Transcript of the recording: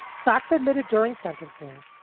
fox admitted during sentencing,